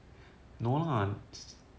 no lah